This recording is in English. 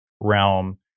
realm